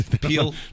peel